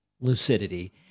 lucidity